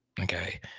Okay